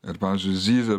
ir pavyzdžiui zyzia